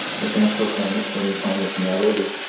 the transfer plane that flew me finally to nairobi,